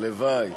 הלוואי.